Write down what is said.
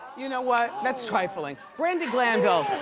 you know what? that's trifling. when did glam go?